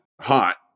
hot